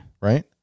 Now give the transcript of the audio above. Right